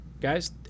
guys